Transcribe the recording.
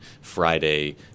Friday